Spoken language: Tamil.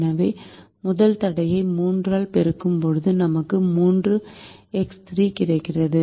எனவே முதல் தடையை 3 ஆல் பெருக்கும்போது நமக்கு 3 x 3 கிடைக்கிறது